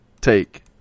take